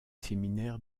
séminaire